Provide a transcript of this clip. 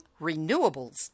renewables